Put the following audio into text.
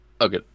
Okay